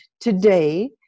today